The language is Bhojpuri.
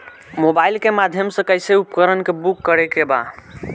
मोबाइल के माध्यम से कैसे उपकरण के बुक करेके बा?